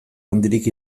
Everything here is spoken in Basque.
handirik